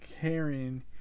caring